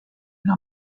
una